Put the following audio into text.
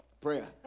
prayer